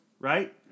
right